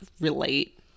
relate